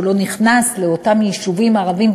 שהוא לא נכנס לאותם יישובים ערביים,